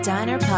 Diner